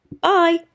bye